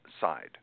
side